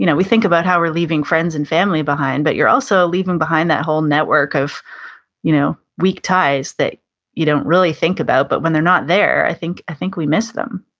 you know we think about how we're leaving friends and family behind, but you're also leaving behind that whole network of you know weak ties that you don't really think about, but when they're not there i think i think we miss them